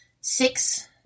six